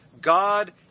God